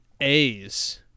A's